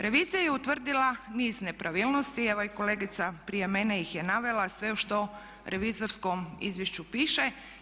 Revizija je utvrdila niz nepravilnosti, evo i kolegica prije mene ih je navela sve što u revizorskom izvješću piše.